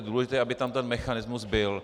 Důležité je, aby tam ten mechanismus byl.